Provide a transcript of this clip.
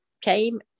came